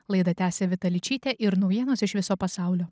laidą tęsia vita ličytė ir naujienos iš viso pasaulio